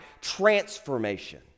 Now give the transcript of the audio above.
transformation